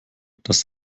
dass